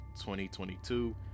2022